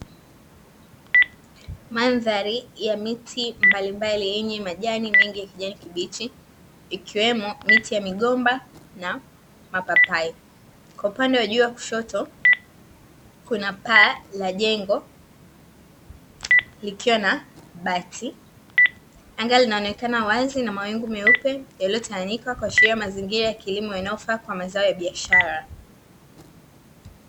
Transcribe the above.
Mandhari ya miti mbalimbali yenye majani mengi ya kijani kibichi, ikiwemo miti ya migomba na mapapai kwa upande wa juu wa kushoto kuna paa la jengo, likiwa na bati anga linaonekana wazi na mawingu meupe yaliyotawanyika kuashiria mazingira ya kilimo yanayofaa kwa mazao ya biashara.